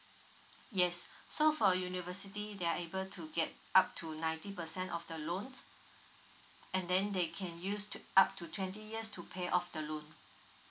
yes so for university they are able to get up to ninety percent of the loans and then they can use t~ up to twenty years to pay off the loan